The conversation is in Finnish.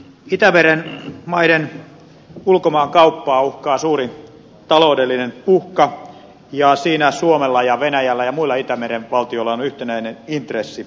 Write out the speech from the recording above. itämeren maiden ulkomaankauppaa uhkaa suuri taloudellinen uhka ja siinä suomella ja venäjällä ja muilla itämeren valtioilla on yhtenäinen intressi